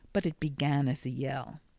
but it began as a yell.